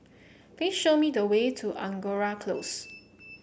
please show me the way to Angora Close